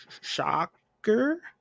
Shocker